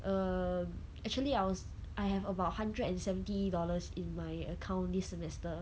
um actually I was I have about hundred and seventy dollars in my account this semester